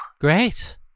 Great